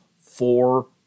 four